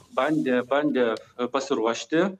bandė bandė pasiruošti